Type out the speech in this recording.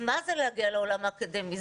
מה זה להגיע לעולם האקדמי?